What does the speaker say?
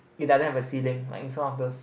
it doesn't have a ceiling like is one of those